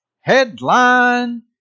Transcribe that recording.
Headline